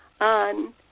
on